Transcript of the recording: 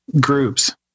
groups